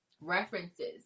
references